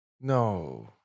no